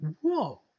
whoa